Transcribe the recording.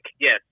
yes